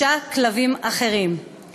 -אלפי כלבים, כלבים שאין להם בית.